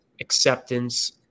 acceptance